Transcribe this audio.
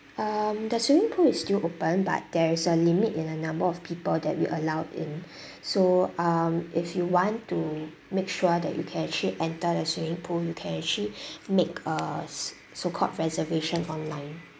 um the swimming pool is still open but there is a limit in the number of people that we allow in so um if you want to make sure that you can actually enter the swimming pool you can actually make a s~ so called reservation online